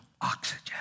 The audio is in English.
oxygen